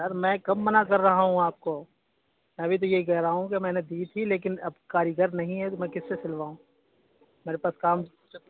یار میں کب منع کر رہا ہوں آپ کو میں بھی تو یہی کہہ رہا ہوں کہ میں نے دی تھی لیکن اب کاریگر ںہیں تو میں کس سے سلواؤں میرے پاس کام